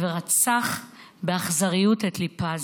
ורצח באכזריות את ליפז.